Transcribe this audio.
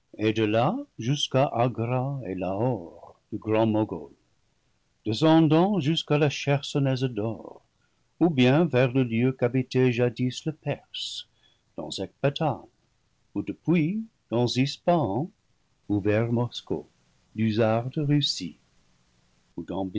de là jusqu'à agra et lahor du grand mogol descendant jusqu'à la chersonèse d'or ou bien vers le lieu qu'habitait jadis le perse dans ecbatane ou depuis dans ispahan ou vers moscow du czar de russie